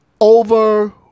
over